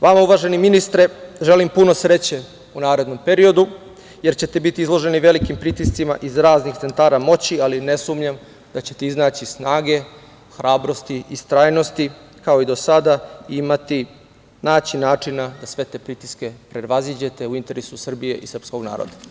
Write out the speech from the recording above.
Vama, uvaženi ministre, želim puno sreće u narednom periodu, jer ćete biti izloženi velikim pritiscima iz raznih centara moći, ali ne sumnjam da ćete iznaći snage, hrabrosti, istrajnosti, kao i do sada i naći načina da sve te pritiske prevaziđete, u interesu Srbije i srpskog naroda.